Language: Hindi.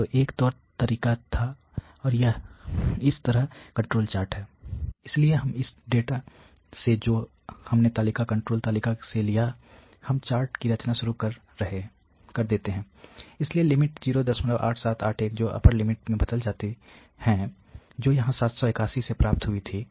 तो यह तौर तरीका था और इस तरह कंट्रोल चार्ट है इसलिए हम इस डेटा से जो हमने तालिका कंट्रोल्ड तालिका से लिया हम चार्ट की रचना शुरू कर देते हैं इसलिए लिमिट 08781 जो अपर लिमिट में बदल जाती हैं जो यहां 781 में प्राप्त हुई थी